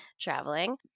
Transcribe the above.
traveling